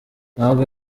ntabwo